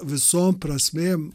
visom prasmėm